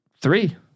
Three